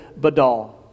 badal